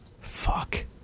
Fuck